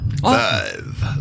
Five